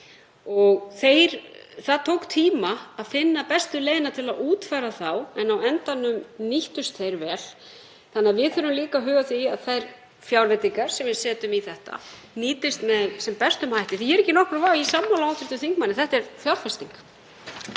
Það tók tíma að finna bestu leiðina til að útfæra þá en á endanum nýttust þeir vel. Þannig að við þurfum líka að huga að því að þær fjárveitingar sem við setjum í þetta nýtist með sem bestum hætti, því að ég er ekki í nokkrum vafa og er sammála hv. þingmanni um að þetta er fjárfesting.